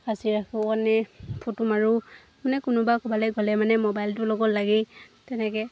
সাঁচি ৰাখোঁ মানে ফটো মাৰোঁ মানে কোনোবা ক'ৰবালৈ গ'লে মানে মোবাইলটো লগত লাগেই তেনেকৈ